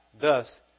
thus